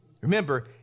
Remember